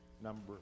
number